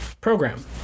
program